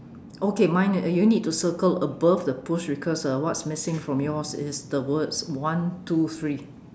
okay mine uh you need to circle above the push because uh what's missing from yours is the words one two three